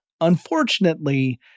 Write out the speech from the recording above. Unfortunately